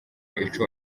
ico